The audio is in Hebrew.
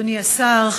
אדוני השר,